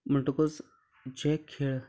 म्हणटकूच जे खेळ